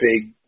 big